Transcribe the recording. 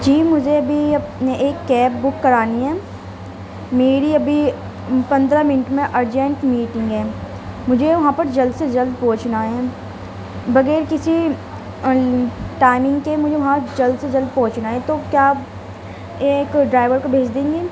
جی مجھے بھی اپنے ایک کیب بک کرانی ہے میری ابھی پندرہ منٹ میں ارجنٹ میٹنگ ہے مجھے وہاں پر جلد سے جلد پہنچنا ہے بغیر کسی ٹائمنگ کے مجھے بہت جلد سے جلد پہنچنا ہے تو کیا آپ ایک ڈرائیور کو بھیج دیں گے